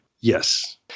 Yes